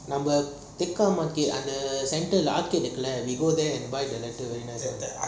அந்த தேகமாக்கு அந்த ஆர்த்தி இருக்குல்ல:antha theakamakku antha aarthi irukula we'll go there and buy laddu there